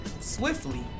swiftly